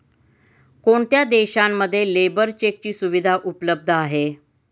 कोणत्या देशांमध्ये लेबर चेकची सुविधा उपलब्ध आहे?